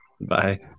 bye